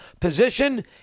position